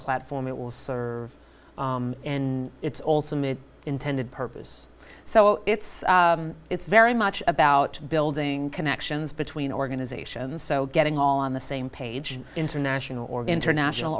platform it will serve in its ultimate intended purpose so it's it's very much about building connections between organizations so getting all on the same page international or going to national